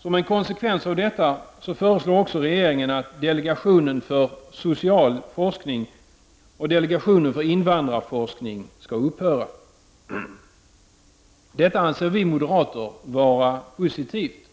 Som en konsekvens av detta föreslår också regeringen att delegationen för social forskning och delegationen för invandrarforskning skall upphöra. Detta anser vi moderater vara positivt.